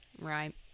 Right